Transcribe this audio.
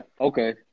Okay